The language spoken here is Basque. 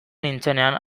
nintzenean